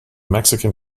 mexican